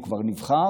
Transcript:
הוא כבר נבחר,